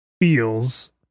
feels